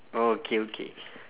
oh okay okay